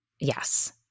Yes